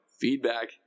Feedback